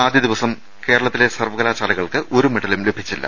ആദ്യ ദിവസം കേര ളത്തിലെ സർവ്വകലാശാലകൾക്ക് ഒരു മെഡലും ലഭിച്ചി ല്ല